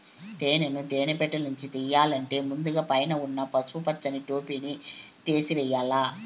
తేనెను తేనె పెట్టలనుంచి తియ్యల్లంటే ముందుగ పైన ఉన్న పసుపు పచ్చని టోపిని తేసివేయల్ల